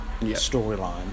storyline